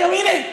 הינה,